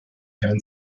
herrn